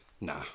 Nah